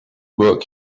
book